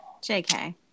JK